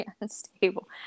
unstable